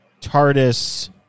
TARDIS